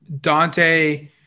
Dante